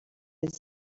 forez